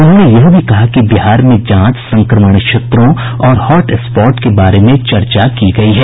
उन्होंने यह भी कहा कि बिहार में जांच संक्रमण क्षेत्रों और हॉटस्पॉट के बारे में चर्चा की गई है